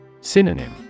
Synonym